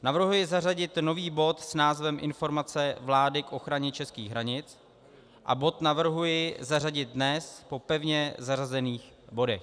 Navrhuji zařadit nový bod s názvem Informace vlády k ochraně českých hranic a bod navrhuji zařadit dnes po pevně zařazených bodech.